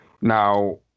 now